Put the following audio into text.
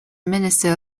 minister